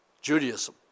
Judaism